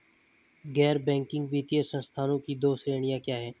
गैर बैंकिंग वित्तीय संस्थानों की दो श्रेणियाँ क्या हैं?